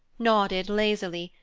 nodded lazily,